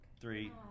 Three